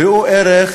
ראו ערך